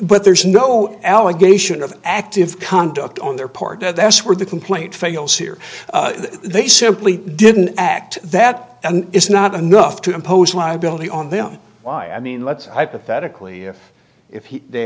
but there's no allegation of active conduct on their part that's where the complaint fails here they simply didn't act that and it's not enough to impose liability on them why i mean let's hypothetically if